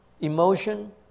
emotion